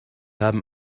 haben